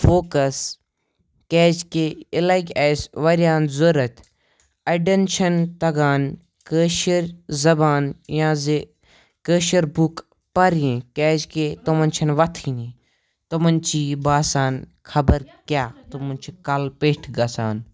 focus کیٛازِکہِ یہِ لَگہِ اَسہِ واریاہن ضوٚرَتھ اَڑٮ۪ن چھِنہٕ تَگان کأشِر زَبان یا زِ کأشِر بُک پَرٕنۍ کیٛازکہِ تِمَن چھِنہٕ وَتھٲنی تِمَن چھِ یہِ باسان خبَر کیٛاہ تِمَن چھِ کَلہٕ پیٚٹھۍ گژھان